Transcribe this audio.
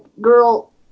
girl